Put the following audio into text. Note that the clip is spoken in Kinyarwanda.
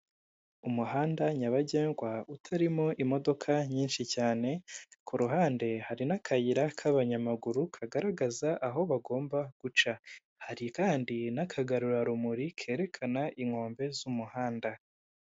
Umuhanda nyabagendwa, utarimo imodoka nyinshi cyane, ku ruhande hari n'akayira k'abanyamaguru kagaragaza aho bagomba guca. Hari kandi n'akagarurarumuri kerekana inkombe z'umuhanda.